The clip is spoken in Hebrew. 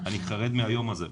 אני חרד מהיום הזה.